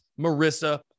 Marissa